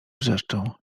wrzeszczą